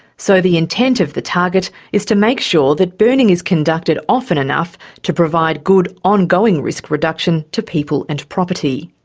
so the intent of the target is to make sure that burning is conducted often enough to provide good ongoing risk reduction to people and property.